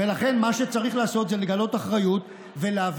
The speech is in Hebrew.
ולכן מה שצריך לעשות זה לגלות אחריות ולהעביר